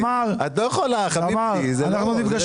את לא יכולה, חביבתי.